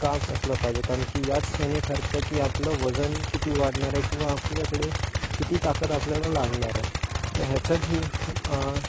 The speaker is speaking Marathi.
काब्स असला पाहिजे कारण की याचच याने ठरतं की आपलं वजन किती वाढणार आहे किंवा आपल्याकडे किती ताकद आपल्याला लागनार आहे आता ह्याच्यातही